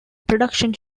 production